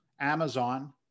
Amazon